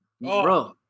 Bro